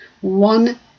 One